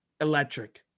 Electric